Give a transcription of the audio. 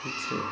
it so